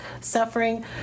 suffering